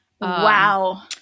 Wow